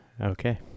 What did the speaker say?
Okay